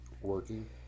Working